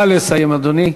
נא לסיים, אדוני.